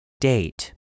Date